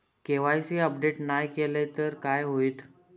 KYC update नाय केलय तर काय होईत?